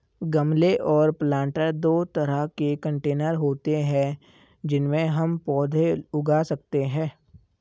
गमले और प्लांटर दो तरह के कंटेनर होते है जिनमें हम पौधे उगा सकते है